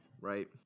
right